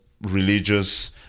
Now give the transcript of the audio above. religious